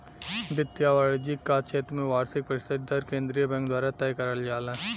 वित्त या वाणिज्य क क्षेत्र में वार्षिक प्रतिशत दर केंद्रीय बैंक द्वारा तय करल जाला